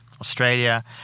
Australia